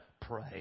pray